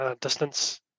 distance